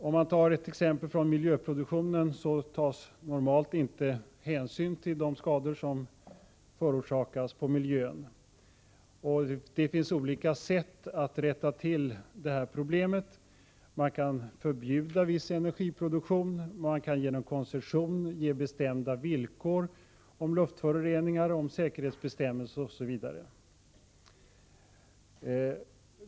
I energiproduktionen tas normalt inte hänsyn till de skador som förorsakas på miljön. Det finns olika sätt att rätta till detta problem. Man kan förbjuda viss energiproduktion och man kan genom koncession ge bestämda villkor om luftföroreningar, säkerhetsbestämmelser osv.